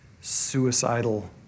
suicidal